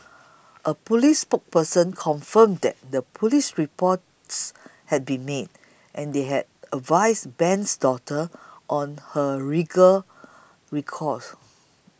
a police spokesman confirmed that the police reports had been made and they had advised Ben's daughter on her legal recourse